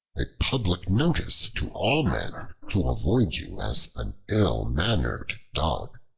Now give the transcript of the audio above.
a public notice to all men to avoid you as an ill mannered dog.